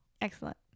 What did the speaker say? Excellent